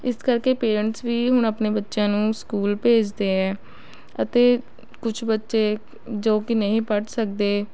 ਇਸ ਕਰਕੇ ਪੇਰੈਂਟਸ ਵੀ ਹੁਣ ਆਪਣੇ ਬੱਚਿਆਂ ਨੂੰ ਸਕੂਲ ਭੇਜਦੇ ਹੈ ਅਤੇ ਕੁਛ ਬੱਚੇ ਜੋ ਕਿ ਨਹੀਂ ਪੜ੍ਹ ਸਕਦੇ